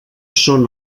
són